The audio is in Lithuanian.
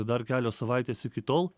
dar kelios savaitės iki tol